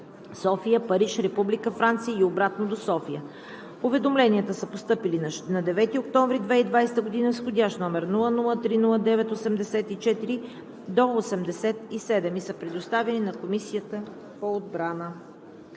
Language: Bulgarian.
София – Париж, Република Франция и обратно до София. Уведомленията са постъпили на 9 октомври 2020 г. с входящ номер 003-09-84–87 и са предоставени на Комисията по отбрана.